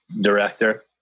director